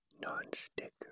non-stick